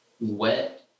wet